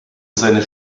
seines